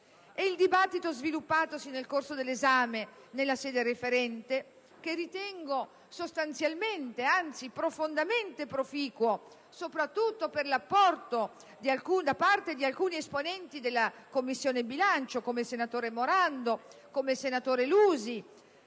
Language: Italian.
Il dibattito sviluppatosi nel corso dell'esame in sede referente - che ritengo sostanzialmente, anzi, profondamente proficuo, soprattutto per l'apporto di alcuni esponenti della Commissione bilancio (come il senatore Morando, il senatore Lusi